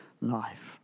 life